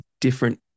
different